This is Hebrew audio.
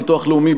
ביטוח לאומי,